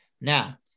Now